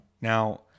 Now